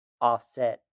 offset